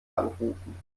anrufen